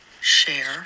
Share